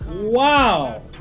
Wow